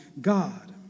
God